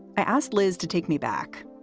i asked liz to take me back.